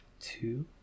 Two